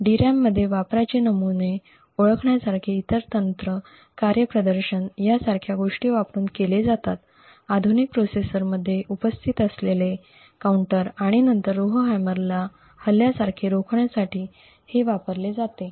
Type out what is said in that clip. DRAM मध्ये वापराचे नमुने ओळखण्यासारखे इतर तंत्र कार्यप्रदर्शन यासारख्या गोष्टी वापरून केले जातात आधुनिक प्रोसेसरमध्ये उपस्थित असलेले काउंटर आणि नंतर रोव्हहैमरला हल्ल्यासारखे रोखण्यासाठी हे वापरले जाते